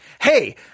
Hey